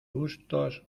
gustos